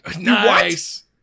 Nice